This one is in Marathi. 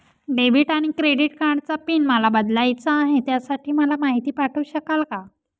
डेबिट आणि क्रेडिट कार्डचा पिन मला बदलायचा आहे, त्यासाठी मला माहिती पाठवू शकाल का?